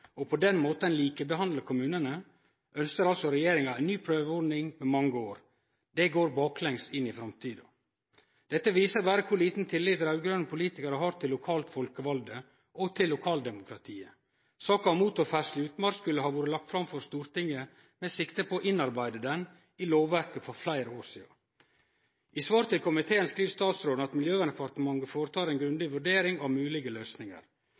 og på den måten likebehandle kommunane, ønskjer altså regjeringa ei ny prøveordning i mange år. Det er å gå baklengs inn i framtida. Dette viser berre kor liten tillit raud-grøne politikarar har til lokalt folkevalte og til lokaldemokratiet. Saka om motorferdsle i utmark skulle ha vore lagd fram for Stortinget med sikte på å innarbeide ho i lovverket for fleire år sidan. I svar til komiteen skriv statsråden: «Miljøverndepartementet foretar nå grundige vurderinger av mulige